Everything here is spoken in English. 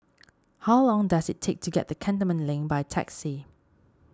how long does it take to get to Cantonment Link by taxi